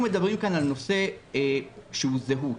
אנחנו מדברים פה על נושא שהוא זהות.